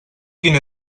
quina